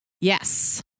Yes